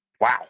Wow